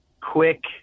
quick